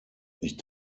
ich